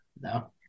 No